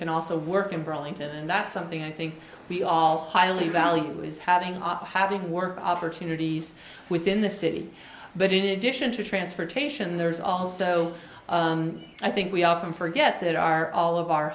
can also work in burlington and that's something i think we all highly value is having off having work opportunities within the city but in addition to transportation there's also i think we often forget that our all of our